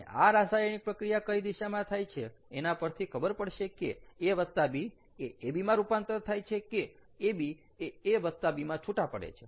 અને આ રાસાયણિક પ્રક્રિયા કઈ દિશામાં થાય છે એના પરથી ખબર પડશે કે A B એ AB મા રૂપાંતર થાય છે કે AB એ A B માં છુટા પડે છે